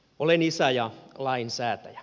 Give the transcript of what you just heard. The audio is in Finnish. olen isä ja lainsäätäjä